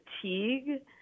fatigue